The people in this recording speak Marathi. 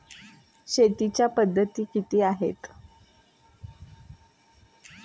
शेतीच्या पद्धती किती आहेत?